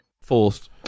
forced